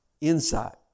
inside